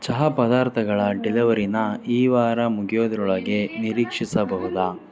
ಚಹಾ ಪದಾರ್ಥಗಳ ಡೆಲಿವರಿನ ಈ ವಾರ ಮುಗಿಯೋದ್ರೊಳಗೆ ನಿರೀಕ್ಷಿಸಬಹುದಾ